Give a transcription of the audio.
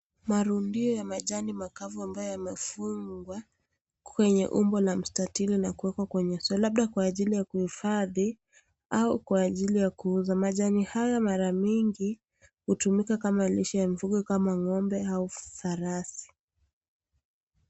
Marundio ya majani makavu ambayo yamefungwa kwenye umbo la mstatili na kuwekwa kwenyeso labda kwa ajili ya kuhifadhi au kwa ajili ya kuuza majani haya mara mingi hutumika Kama lishe ya mifugo kama ng'ombe au farasi.